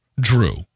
drew